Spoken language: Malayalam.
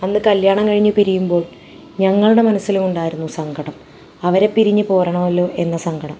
അന്ന് കല്യാണം കഴിഞ്ഞ് പിരിയുമ്പോൾ ഞങ്ങളുടെ മനസ്സിലും ഉണ്ടായിരുന്നു സങ്കടം അവരെ പിരിഞ്ഞ് പോരുകയാണല്ലോ എന്ന സങ്കടം